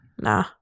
Nah